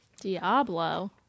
Diablo